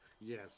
Yes